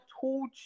told